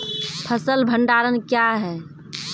फसल भंडारण क्या हैं?